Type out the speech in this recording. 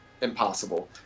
impossible